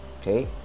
okay